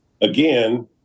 again